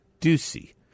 Ducey